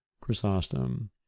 chrysostom